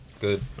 Good